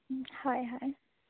হয় হয়